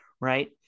right